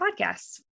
podcasts